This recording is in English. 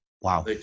Wow